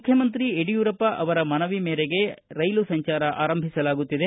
ಮುಖ್ಯಮಂತ್ರಿ ಯಡಿಯೂರಪ್ಪ ಅವರ ಮನವಿ ಮೇರೆಗ ರೈಲು ಸಂಜಾರ ಆರಂಭಿಸಲಾಗುತ್ತಿದೆ